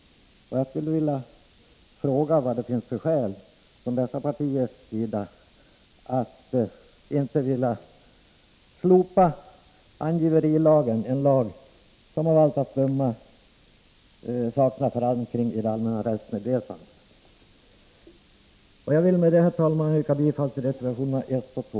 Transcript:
Jag skulle vilja fråga vilka skäl dessa partier har för att inte vilja slopa angiverilagen, en lag som av allt att döma saknar förankring i det allmänna rättsmedvetandet. Herr talman! Med det sagda vill jag yrka bifall till reservationerna 1 och 2.